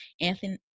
Anthony